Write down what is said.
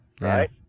right